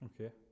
okay